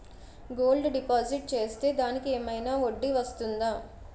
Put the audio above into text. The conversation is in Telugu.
గోల్డ్ డిపాజిట్ చేస్తే దానికి ఏమైనా వడ్డీ వస్తుందా?